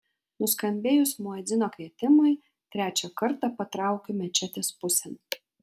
nuskambėjus muedzino kvietimui trečią kartą patraukiu mečetės pusėn